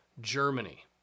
Germany